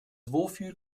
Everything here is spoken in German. wofür